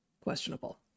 Questionable